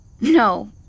No